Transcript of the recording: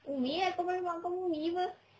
umi ah kau panggil mak kau umi [pe]